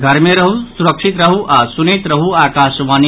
घर मे रहू सुरक्षित रहू आ सुनैत रहू आकाशवाणी